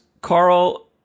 Carl